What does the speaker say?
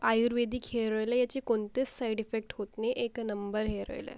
आयुर्वेदिक hair oil आहे याचे कोणतेच साईड इफेक्ट होत नाही एक नंबर हेयर ऑईल आहे